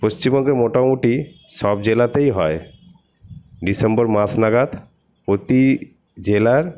পশ্চিমবঙ্গের মোটামুটি সব জেলাতেই হয় ডিসেম্বর মাস নাগাদ প্রতি জেলার